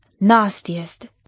nastiest